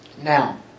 Now